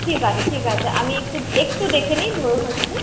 ঠিক আছে ঠিক আছে আমি একটু একটু দেখে নিই ধরুন আপনি